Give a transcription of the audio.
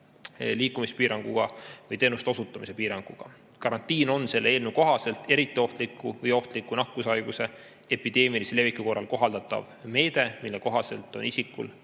liikumise piiranguga või teenuste osutamise piiranguga. Karantiin on selle eelnõu kohaselt eriti ohtliku või ohtliku nakkushaiguse epideemilise leviku korral kohaldatav meede, mille kohaselt on isikul